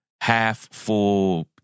half-full